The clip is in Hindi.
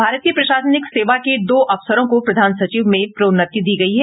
भारतीय प्रशासनिक सेवा के दो अफसरों को प्रधान सचिव में प्रोन्नति दी गयी है